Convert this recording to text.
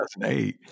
2008